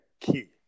key